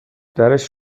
درش